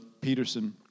Peterson